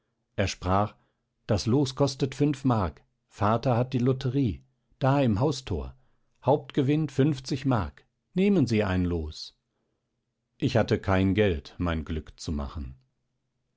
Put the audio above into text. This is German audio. er sprach das los kostet fünf mark vater hat die lotterie da im haustor hauptgewinn fünfzig mark nehmen sie ein los ich hatte kein geld mein glück zu machen